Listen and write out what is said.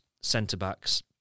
centre-backs